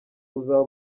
uzaba